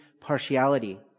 partiality